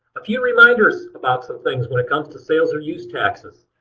a few reminders about some things when it comes to sales or use taxes.